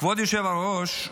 כבוד היושב-ראש,